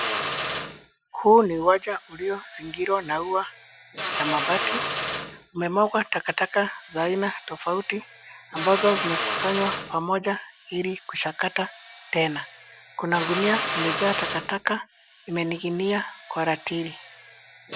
Huu ni uwanja uliozingirwa na ua ya mabati. Umemwagwa takataka za aina tofauti ambazo zimekusanywa pamoja ilikuchakata tena. Kuna gunia imejaa takataka, imening'inia kwa ratili.